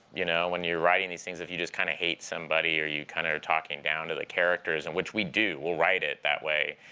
you know, when you're writing these things, if you just kind of hate somebody or you're kind of talking down to the characters and which we do. we'll write it that way.